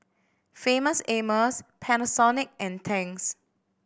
Famous Amos Panasonic and Tangs